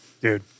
dude